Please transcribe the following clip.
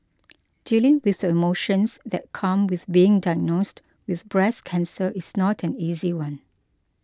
dealing with the emotions that come with being diagnosed with breast cancer is not an easy one